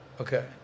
Okay